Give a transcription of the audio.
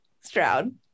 Stroud